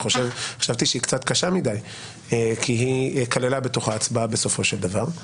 חשבתי שהיא קצת קשה מדי כי היא כללה בתוכה הצבעה בסופו של דבר.